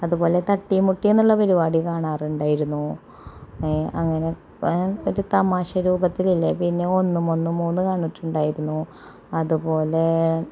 അത് പോലെ തട്ടിയും മുട്ടിയും എന്നുള്ള പരുപാടി കാണാറുണ്ടായിരുന്നു അങ്ങനെ ഒരു തമാശ രൂപത്തിലില്ലേ പിന്നെ ഒന്നും ഒന്നും മൂന്ന് കണ്ടിട്ടുണ്ടായിരുന്നു അത് പോലെ